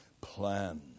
plan